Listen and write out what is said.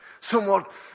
Somewhat